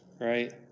right